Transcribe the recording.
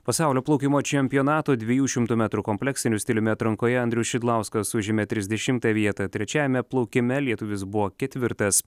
pasaulio plaukimo čempionato dviejų šimtų metrų kompleksiniu stiliumi atrankoje andrius šidlauskas užėmė trisdešimą vietą trečiajame plaukime lietuvis buvo ketvirtas